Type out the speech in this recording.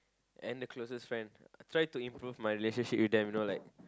and the closest friend try to improve my relationship with them you know like